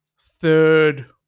third